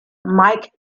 mike